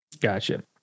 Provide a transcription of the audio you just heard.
Gotcha